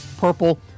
purple